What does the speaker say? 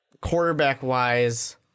quarterback-wise